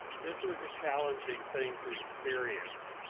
this was a challenging thing to experience,